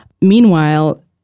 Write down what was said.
meanwhile